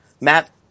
Matt